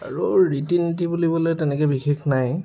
আৰু ৰীতি নীতি বুলিবলৈ তেনেকৈ বিশেষ নাই